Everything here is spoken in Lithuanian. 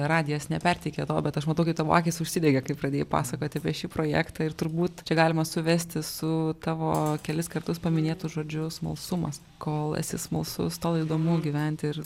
radijas neperteikė to bet aš matau kaip tavo akys užsidegė kai pradėjo pasakoti apie šį projektą ir turbūt čia galima suvesti su tavo kelis kartus paminėtu žodžiu smalsumas kol esi smalsus tol įdomu gyventi ir